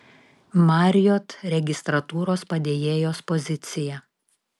marriott registratūros padėjėjos pozicija